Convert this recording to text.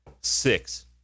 six